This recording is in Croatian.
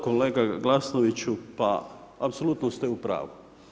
Kolega Glasnoviću, pa apsolutno ste u pravu.